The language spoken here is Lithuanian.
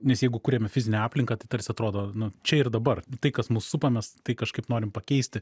nes jeigu kuriame fizinę aplinką tai tarsi atrodo nu čia ir dabar tai kas mus supa mes tai kažkaip norim pakeisti